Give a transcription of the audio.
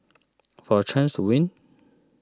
for a chance to win